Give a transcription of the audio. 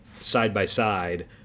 side-by-side